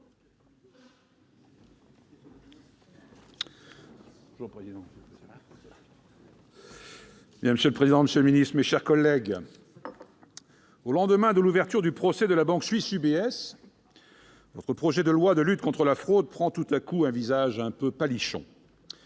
Monsieur le président, monsieur le secrétaire d'État, mes chers collègues, au lendemain de l'ouverture du procès de la banque suisse UBS, ce projet de loi de lutte contre la fraude prend tout à coup un visage quelque peu pâlichon.